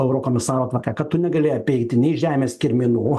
eurokomisaro tokia kad tu negali apeiti nei žemės kirminų